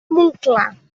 montclar